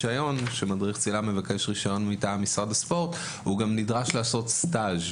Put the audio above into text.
כשמדריך צלילה מבקש רישיון מטעם משרד הספורט הוא גם נדרש לעשות סטאז'.